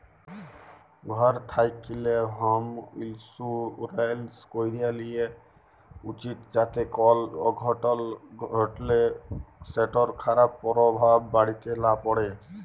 ঘর থ্যাকলে হম ইলসুরেলস ক্যরে লিয়া উচিত যাতে কল অঘটল ঘটলে সেটর খারাপ পরভাব বাড়িতে লা প্যড়ে